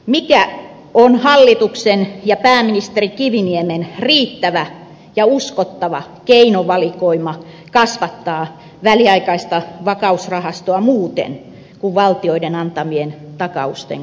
mikä on hallituksen ja pääministeri kiviniemen riittävä ja uskottava keinovalikoima kasvattaa väliaikaista vakausrahastoa muuten kuin valtioiden antamien takausten kautta